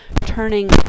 turning